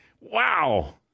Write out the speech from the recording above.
Wow